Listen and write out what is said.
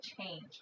change